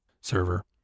server